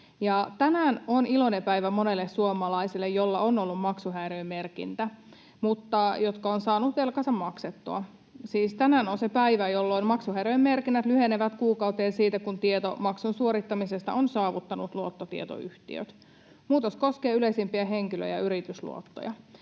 Tänään on iloinen päivä monille suomalaisille, joilla on ollut maksuhäiriömerkintä mutta jotka ovat saaneet velkansa maksettua. Tänään on se päivä, jolloin maksuhäiriömerkinnät lyhenevät kuukauteen siitä, kun tieto maksun suorittamisesta on saavuttanut luottotietoyhtiöt. Muutos koskee yleisimpiä henkilö- ja yritysluottoja.